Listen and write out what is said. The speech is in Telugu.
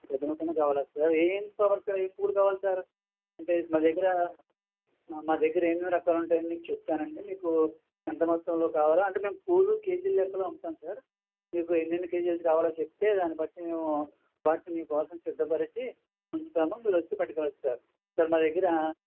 పెద్ద మొత్తంలో కావాలా సార్ ఏమేం కావాలి సార్ ఏ పూలు కావాలి సార్ అంటే మా దగ్గర మా దగ్గర ఏమేం రకాలు ఉంటాయో మీకు చెప్తానండీ మీకు ఎంత మొత్తంలో కావాలో అంటే మేము పూలు కేజీల లెక్కలో అమ్ముతాం సార్ మీకు ఎన్నెన్ని కేజీలు కావాలో చెప్తే దాని బట్టి మేము వాటిని మీ కోసం సిద్ధపరచి ఉంచుతాము మీరు వచ్చి పట్టుకెళ్లొచ్చు సార్ సార్ మరి మా దగ్గర